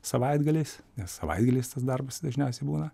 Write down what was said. savaitgaliais nes savaitgaliais tas darbas dažniausiai būna